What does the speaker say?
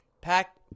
Pack